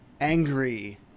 angry